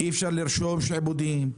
אי אפשר לרשום שעבודים,